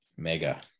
mega